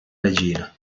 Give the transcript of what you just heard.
regina